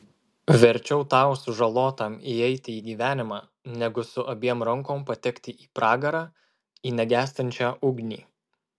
verčiau tau sužalotam įeiti į gyvenimą negu su abiem rankom patekti į pragarą į negęstančią ugnį